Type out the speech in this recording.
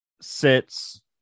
sits